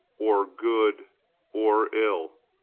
or good or ill,